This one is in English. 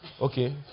Okay